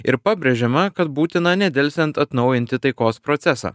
ir pabrėžiama kad būtina nedelsiant atnaujinti taikos procesą